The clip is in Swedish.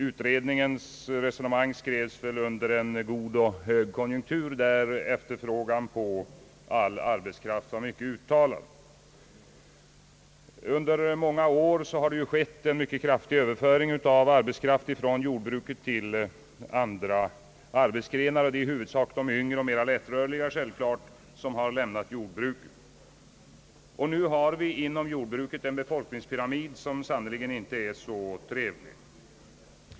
Utredningens re sonemang fördes under en god och hög konjunktur, då efterfrågan på arbetskraft var mycket uttalad. Under många år har det skett en mycket kraftig överföring av arbetskraft från jordbruket till andra näringsgrenar. Det är i huvudsak den yngre och mer lättrörliga arbetskraften som har lämnat jordbruket, helt naturligt. Nu har vi inom jordbruket en befolkningspyramid som sannerligen inte är trevlig.